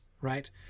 right